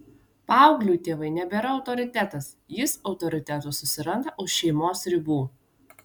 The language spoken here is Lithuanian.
paaugliui tėvai nebėra autoritetas jis autoritetų susiranda už šeimos ribų